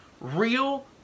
real